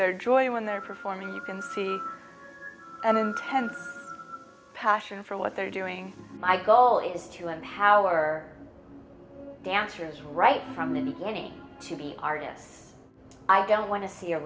their joy when they're performing you can see an intense passion for what they're doing my goal is to empower dancers right from the beginning to be artists i don't want to see a